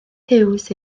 huws